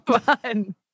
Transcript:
Fun